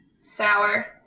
sour